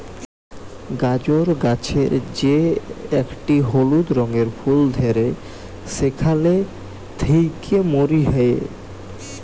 গাজর গাছের যে একটি হলুদ রঙের ফুল ধ্যরে সেখালে থেক্যে মরি হ্যয়ে